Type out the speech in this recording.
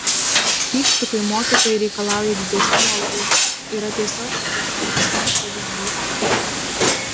pykstu kai mokytojai reikalauja didesnių algų yra tiesiog chrestomatinis pavyzdys